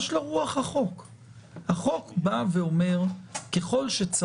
ומכל מיני סיבות השב"ס מדווחים על זה.